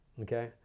okay